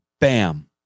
Bam